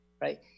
right